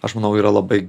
aš manau yra labai